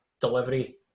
delivery